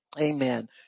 Amen